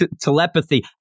telepathy